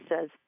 says